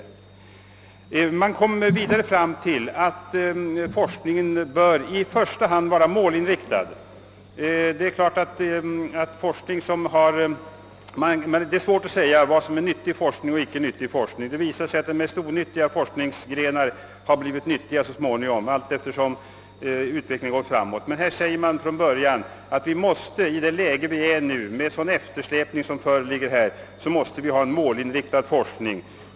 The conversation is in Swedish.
Utredningen kom vidare fram till att forskningen i första hand bör vara målinriktad. Det är svårt att säga vad som är nyttig forskning och icke nyttig forskning. Det visar sig ofta att de mest onyttiga forskningsgrenar har blivit nyttiga så småningom allteftersom utvecklingen går framåt. Men här säger man från början ut att vi i det läge vi nu befinner oss med hänsyn till den stora eftersläpningen måste ha en målinriktad forskning.